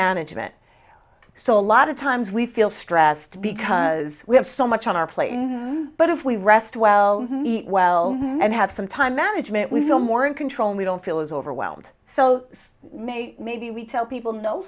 management so a lot of times we feel stressed because we have so much on our plate in but if we rest well well and have some time management we feel more in control we don't feel as overwhelmed so maybe maybe we tell people no